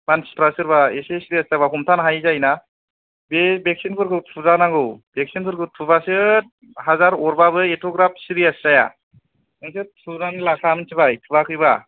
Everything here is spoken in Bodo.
मानसिफ्रा सोरबा एसे सिरियास जाबा हमथानो हायै जायोना बे भेगसिनफोरखौ थुजानांगौ भेगसिनफोरखौ थुबासो हाजार अरबाबो एथ'ग्राब सिरियास जाया नोंसोर थुनानै लाखा मिथिबाय थुवाखैबा